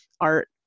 art